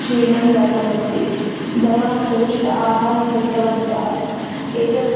शीर्णं जातम् अस्ति भवान् कलुषित आहारं दत्तवन्तः एतत्